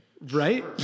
right